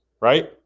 right